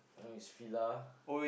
uh it's Fila